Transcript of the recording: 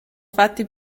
fatti